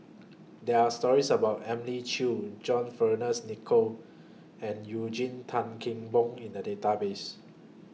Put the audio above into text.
There Are stories about Elim Chew John Fearns Nicoll and Eugene Tan Kheng Boon in The Database